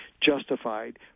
justified